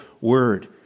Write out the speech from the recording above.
word